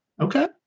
Okay